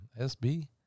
SB